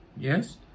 Yes